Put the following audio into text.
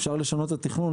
אפשר לשנות את התכנון,